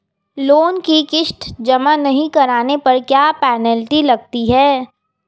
Loan की किश्त जमा नहीं कराने पर क्या पेनल्टी लगती है?